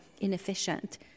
inefficient